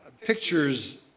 pictures